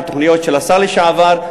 על תוכניות של השר לשעבר.